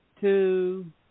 two